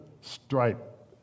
stripe